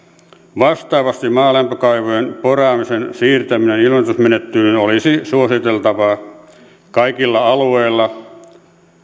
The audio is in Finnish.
vastaavasti maalämpökaivojen poraamisen siirtäminen ilmoitusmenettelyyn olisi suositeltavaa kaikilla alueilla